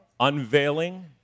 unveiling